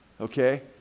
Okay